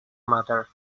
mother